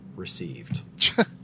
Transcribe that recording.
received